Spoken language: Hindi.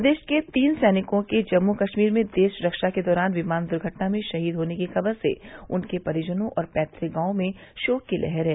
प्रदेश के तीन सैनिकों के जम्मू कश्मीर में देश रक्षा के दौरान विमान दुर्घटना में शहीद होने की ख़बर से उनके परिजनों और पैतुक गांवों में शोक की लहर है